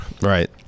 Right